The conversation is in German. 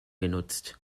genutzt